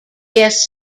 guest